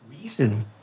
reason